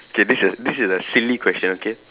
okay this a this is a silly question okay